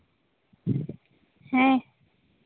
ᱦᱮᱸ